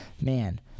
man